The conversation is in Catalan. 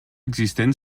existent